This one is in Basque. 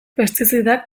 pestizidak